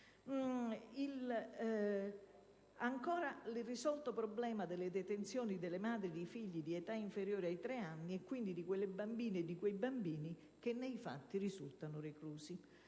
irrisolto il problema delle detenzioni delle madri di figli di età inferiore ai tre anni e quindi di quelle bambine e di quei bambini che nei fatti risultano reclusi.